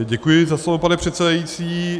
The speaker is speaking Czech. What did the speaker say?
Děkuji za slovo, pane předsedající.